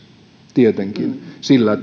tietenkin sillä